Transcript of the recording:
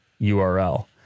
URL